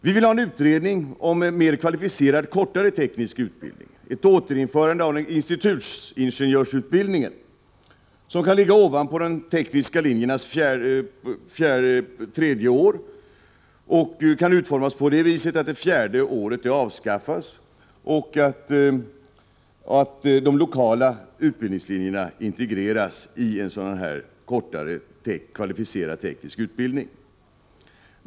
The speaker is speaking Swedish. Vi vill ha en utredning av mer kvalificerad, kortare teknisk utbildning, ett återinförande av institutingenjörsutbildningen, som kan ligga ovanpå de tekniska linjernas tre år och utformas på det sättet att det fjärde året avskaffas och de lokala utbildningslinjerna integreras i denna kortare, kvalificerade tekniska utbildning.